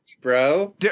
bro